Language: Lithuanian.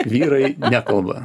vyrai nekalba